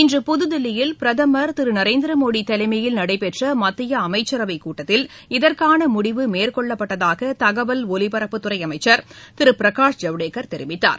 இன்று புத்தில்லியில் பிரதமர் திருநரேந்திரமோடிதலைமையில் நடைபெற்றமத்தியஅமைச்சரவைக் கூட்டத்தில் இதற்கானமுடிவு மேற்கொள்ளப்பட்டதாகதகவல் ஒலிபரப்புத்துறைஅமைச்சா் திருபிரகாஷ் ஜவடேக்கா் தெரிவித்தார்